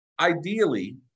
ideally